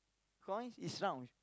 coins is round